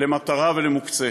למטרה ולמוקצה.